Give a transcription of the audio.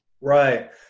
right